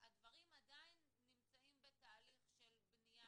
הדברים עדיין נמצאים בתהליך של בנייה,